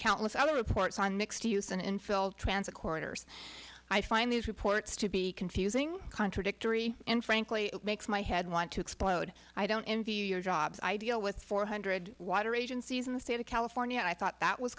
countless other reports on mixed use and infill transit corridors i find these reports to be confusing contradictory and frankly it makes my head want to explode i don't envy your jobs i deal with four hundred water agencies in the state of california i thought that was